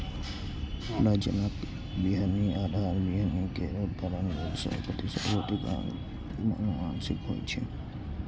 प्रजनक बीहनि आधार बीहनि केर उत्पादन लेल सय प्रतिशत भौतिक आ आनुवंशिक होइ छै